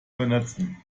vernetzen